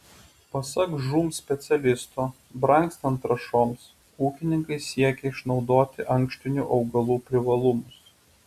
pasak žūm specialisto brangstant trąšoms ūkininkai siekia išnaudoti ankštinių augalų privalumus